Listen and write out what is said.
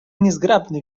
niezgrabny